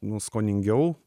nu skoningiau